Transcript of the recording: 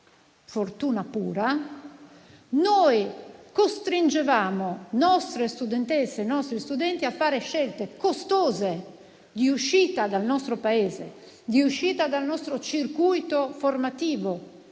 (fortuna pura), noi costringevano nostre studentesse e nostri studenti a fare scelte costose di uscita dal nostro Paese, di uscita dal nostro circuito formativo.